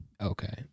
Okay